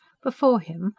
before him,